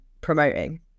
promoting